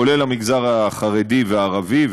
כולל המגזר החרדי והערבי,